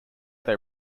they